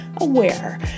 aware